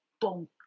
boom